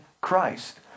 Christ